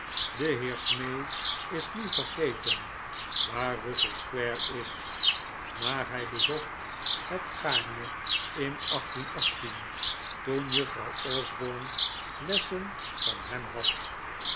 de heer smee is nu vergeten waar russell square is maar hij bezocht het gaarne in toen juffrouw osborne lessen van hem had